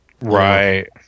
right